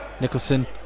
Nicholson